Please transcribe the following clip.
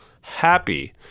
happy